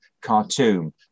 Khartoum